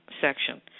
section